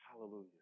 Hallelujah